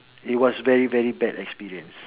it was very very bad experience